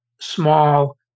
small